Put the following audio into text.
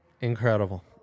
Incredible